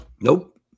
Nope